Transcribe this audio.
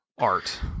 art